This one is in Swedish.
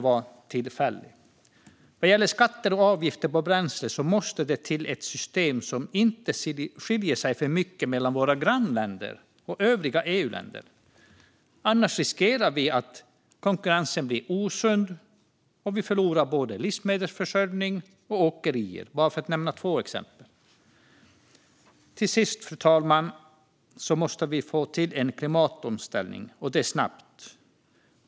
Vad gäller skatter och avgifter på bränslen måste det till ett system som inte skiljer sig för mycket från våra grannländers och övriga EU-länders. Annars riskerar vi att konkurrensen blir osund och att vi förlorar både livsmedelsförsörjning och åkerier, för att nämna bara två exempel. Till sist, fru talman, måste vi få till en klimatomställning, och det snabbt.